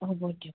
হ'ব দিয়ক